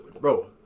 bro